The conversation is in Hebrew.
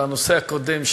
לנושא הקודם,